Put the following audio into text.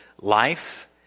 life